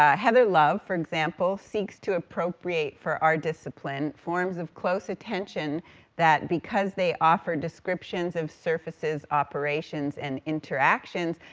ah heather love, for example, seeks to appropriate, for our discipline, forms of close attention that, because they offer descriptions of surfaces, operations, and interactions,